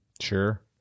Sure